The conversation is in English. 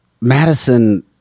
Madison